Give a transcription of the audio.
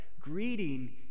greeting